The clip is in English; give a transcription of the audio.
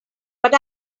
but